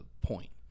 point